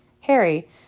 Harry